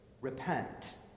Repent